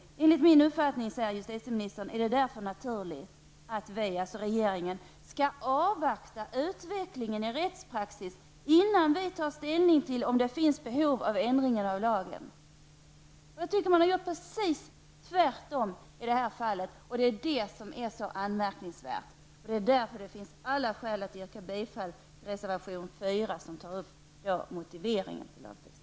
Enligt min uppfattning, säger justitieministern, är det därför naturligt att regeringen avvaktar utvecklingen i rättspraxis innan man tar ställning om det finns behov av en lagändring. I detta fall tycker jag att man har gjort precis tvärtom, och det är det som är så anmärkningsvärt. Därför finns det alla skäl att bifalla reservation 4, som handlar om motiveringarna till lagstiftningen.